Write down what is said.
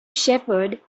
shepherd